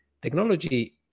Technology